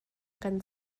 kan